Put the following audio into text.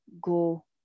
go